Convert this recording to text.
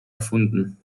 erfunden